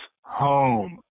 home